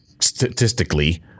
statistically